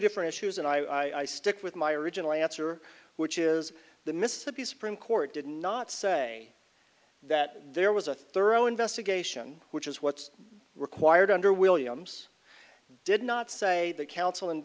different issues and i stick with my original answer which is the mississippi supreme court did not say that there was a thorough investigation which is what's required under williams did not say the coun